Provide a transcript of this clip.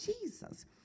Jesus